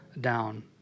down